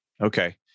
Okay